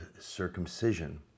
circumcision